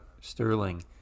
Sterling